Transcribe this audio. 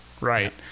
right